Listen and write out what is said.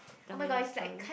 tell me the story